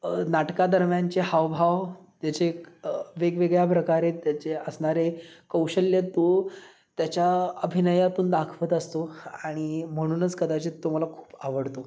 नाटकादरम्यानचे हावभाव त्याचे वेगवेगळ्या प्रकारे त्याचे असणारे कौशल्य तो त्याच्या अभिनयातून दाखवत असतो आणि म्हणूनच कदाचित तो मला खूप आवडतो